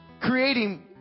creating